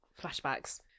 flashbacks